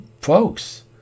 Folks